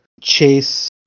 Chase